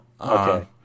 Okay